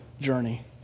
journey